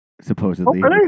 supposedly